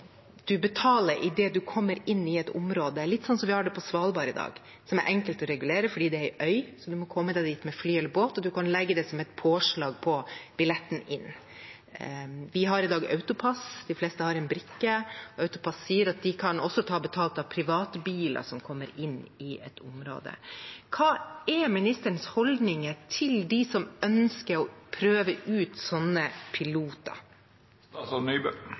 betaler idet en kommer inn i et område – litt som vi har det på Svalbard i dag, som er enkelt å regulere fordi det er ei øy. En må komme seg dit med fly eller båt, og en kan legge det som et påslag på billetten inn. Vi har i dag AutoPASS. De fleste har en brikke. AutoPASS sier at de også kan ta betalt av private biler som kommer inn i et område. Hva er ministerens holdning til de som ønsker å prøve ut sånne